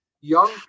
young